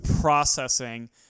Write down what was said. processing –